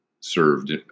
Served